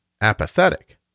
apathetic